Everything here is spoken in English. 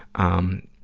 um,